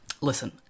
Listen